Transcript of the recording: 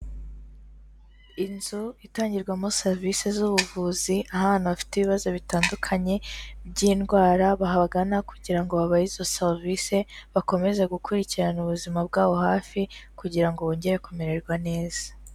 Inzu itangirwamo serivisi z'ubuvuzi, aho abantu bafite ibibazo bitandukanye by'indwara, bahagana kugira ngo babahe izo serivisi, bakomeze gukurikirana ubuzima bwabo hafi kugira ngo bongere kumererwa neza.